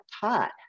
taught